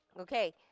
Okay